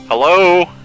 Hello